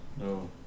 No